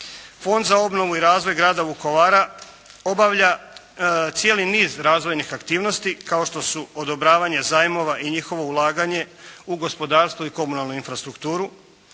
Fond za obnovu i razvoj grada Vukovara obavlja cijeli niz razvojnih aktivnosti kao što su odobravanje zajmova i njihovo ulaganje u gospodarstvo i komunalnu infrastrukturu,